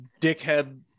dickhead